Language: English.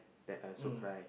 that I also cry